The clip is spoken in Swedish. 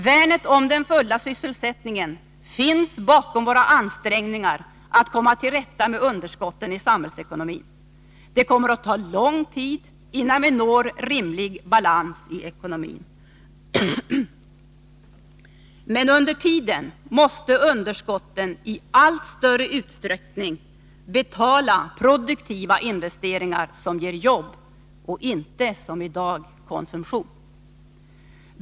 Värnet av den fulla sysselsättningen finns bakom våra ansträngningar att komma till rätta med underskotten i samhällsekonomin. Det kommer att ta lång tid innan vi når rimlig balans i ekonomin. Men under tiden måste underskotten i allt större utsträckning betala produktiva investeringar som ger jobb och inte som i dag konsumtion.